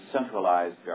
centralized